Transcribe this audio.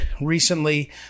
recently